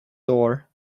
door